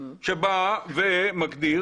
שבא ומגדיר